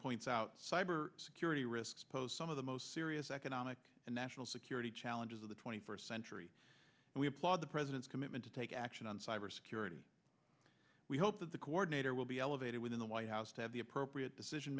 points out cyber security risks posed some of the most serious economic and national security challenges of the twenty first century and we applaud the president's commitment to take action on cybersecurity we hope that the coordinator will be elevated within the white house to have the appropriate decision